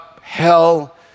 hell